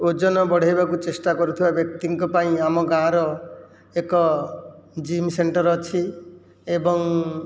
ଓଜନ ବଢ଼େଇବାକୁ ଚେଷ୍ଟା କରୁଥିବା ବ୍ୟକ୍ତିଙ୍କ ପାଇଁ ଆମ ଗାଁର ଏକ ଜିମ୍ ସେଣ୍ଟର ଅଛି ଏବଂ